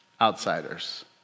outsiders